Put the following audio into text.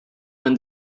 when